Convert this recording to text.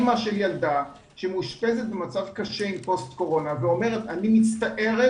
אימא של ילדה שמאושפזת במצב קשה עם פוסט קורונה ואומרת: אני מצטערת